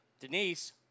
Denise